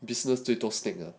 business 最多 snake 的